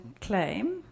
claim